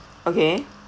okay